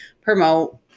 promote